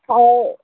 ହଉ